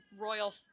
royal